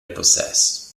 possess